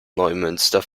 neumünster